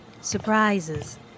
surprises